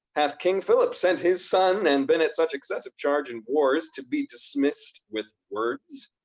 hath king philip sent his son and been at such excessive charge in wars, to be dismissed with words?